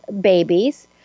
babies